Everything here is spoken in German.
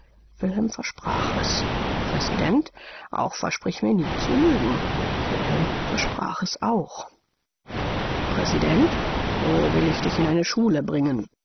versprach es präsident auch versprich mir nie zu lügen wilhelm versprach es auch präsident so will ich dich in eine schule bringen